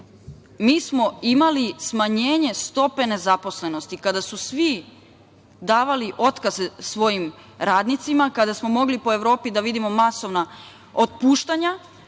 mi smo imali smanjenje stope nezaposlenosti. Kada su svi davali otkaze svojim radnicima, kada smo mogli po Evropi da vidimo masovna otpuštanja